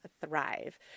Thrive